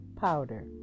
powder